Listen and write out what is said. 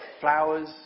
flowers